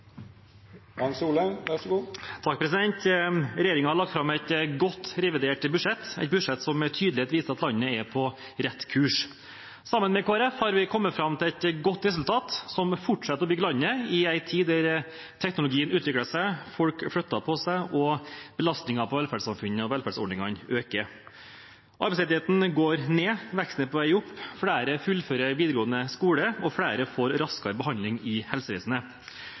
på rett kurs. Sammen med Kristelig Folkeparti har vi kommet fram til et godt resultat, som fortsetter å bygge landet i en tid da teknologien utvikler seg, folk flytter på seg, og belastningen på velferdssamfunnet og velferdsordningene øker. Arbeidsledigheten går ned, veksten er på vei opp, flere fullfører videregående skole, og flere får raskere behandling i helsevesenet.